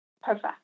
Perfect